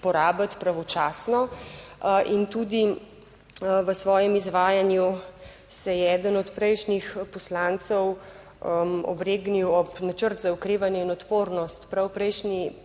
porabiti pravočasno. In tudi v svojem izvajanju se je eden od prejšnjih poslancev, obregnil ob načrt za okrevanje in odpornost.